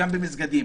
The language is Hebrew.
גם במסגדים,